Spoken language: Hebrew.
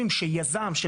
אם בעצם אותו יזם,